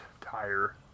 tire